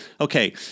Okay